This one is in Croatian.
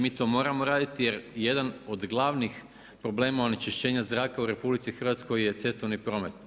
Mi to moramo raditi jer jedan od glavnih problema od onečišćenja zraka u RH je cestovni problem.